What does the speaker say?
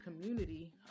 community